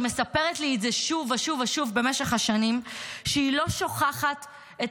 היא מספרת לי את זה שוב ושוב ושוב במשך השנים שהיא לא שוכחת את